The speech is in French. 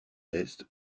est